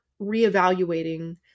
reevaluating